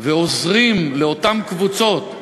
ועוזרים לאותן קבוצות,